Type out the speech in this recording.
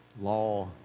law